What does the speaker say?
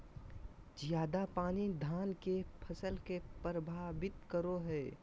ज्यादा पानी धान के फसल के परभावित करो है?